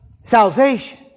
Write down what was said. salvation